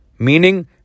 meaning